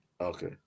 Okay